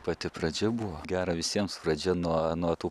pati pradžia buvo gera visiems pradžia nuo nuo tų